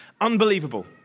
Unbelievable